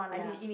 ya